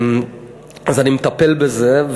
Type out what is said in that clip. אז אני מטפל בזה,